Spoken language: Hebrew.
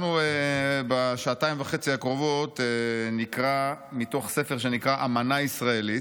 בשעתיים וחצי הקרובות נקרא מתוך ספר שנקרא "אמנה ישראלית",